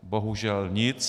Bohužel nic.